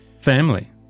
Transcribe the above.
family